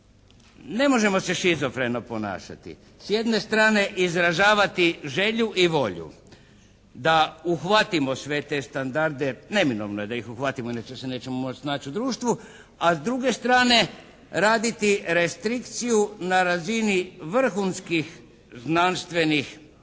Ne možemo se šizofreno ponašati. S jedne strane izražavati želju i volju da uhvatimo sve te standarde. Neminovno je da ih uhvatimo, inače se nećemo moći snaći u društvu. A s druge strane raditi restrikciju na razini vrhunskih znanstvenih